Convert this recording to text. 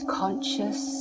conscious